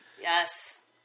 Yes